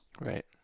Right